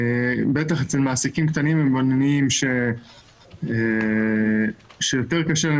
בטח אצל מעסיקים קטנים ובינוניים שיותר קשה להם